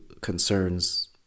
concerns